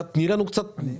תני לנו קצת פרטים.